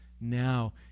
now